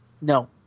No